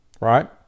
Right